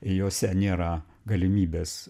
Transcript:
juose nėra galimybės